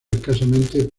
escasamente